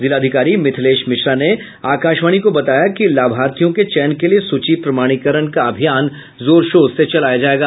जिलाधिकारी मिथिलेश मिश्रा ने आकाशवाणी को बताया कि लाभार्थियों के चयन के लिए सूची प्रमाणीकरण का अभियान जोर शोर से चलाया जायेगा